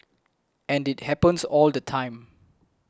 and it happens all the time